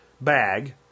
bag